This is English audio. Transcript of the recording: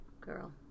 girl